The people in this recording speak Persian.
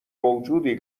موجودی